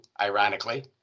ironically